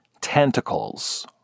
tentacles